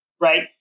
Right